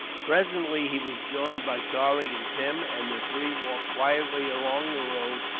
presently he was joined by charlie and tim, and the three walked quietly along the road,